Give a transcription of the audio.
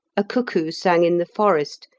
a cuckoo sang in the forest,